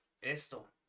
Esto